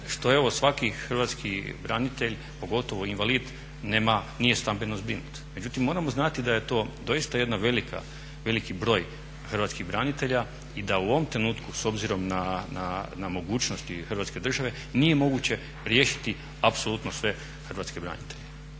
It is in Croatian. što evo svaki hrvatski branitelje, pogotovo invalid nema, nije stambeno zbrinut. Međutim, moramo znati da je to doista jedna velika, veliki broj hrvatskih branitelja i da u ovom trenutku s obzirom na mogućnosti Hrvatske države nije moguće riješiti apsolutno sve hrvatske branitelje.